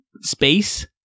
space